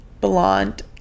blonde